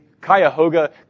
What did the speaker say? Cuyahoga